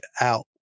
out